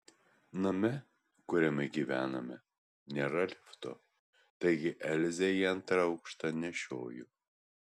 name kuriame gyvename nėra lifto taigi elzę į antrą aukštą nešioju